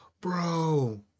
Bro